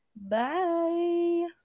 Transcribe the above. bye